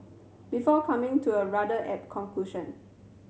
before coming to a rather apt conclusion